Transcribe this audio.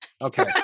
Okay